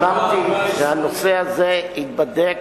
אמרתי שהנושא הזה ייבדק.